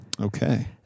Okay